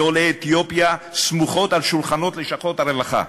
מעולי אתיופיה, סמוכות על שולחנות לשכות הרווחה.